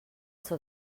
zur